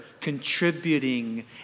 contributing